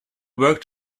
work